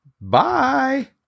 bye